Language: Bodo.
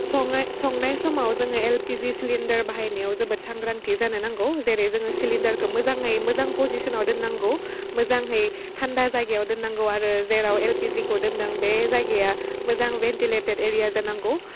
सङाय संनाय समाव जोङो एलपीजि सिलेण्डार बाहायनायाव जोबोथ सांग्रांथि जानो नांगौ जेरै जोङो सिलिण्डारखौ मोजाङै मोजां पजिशनाव दोन्नांगौ मोजाङै थानदा जायगायाव दोन्नांगौ आरो जेराव एलपीजिखौ दोनदों बे जायगाया मोजां भेनटेलेटेट एरिया जानांगौ